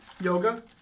Yoga